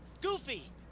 Goofy